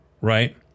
right